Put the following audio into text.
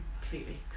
completely